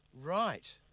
Right